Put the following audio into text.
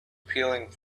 peeling